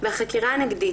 החקירה הנגדית,